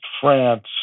France